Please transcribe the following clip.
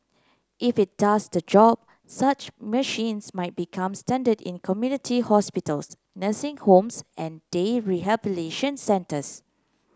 if it does the job such machines might become standard in community hospitals nursing homes and day rehabilitation centres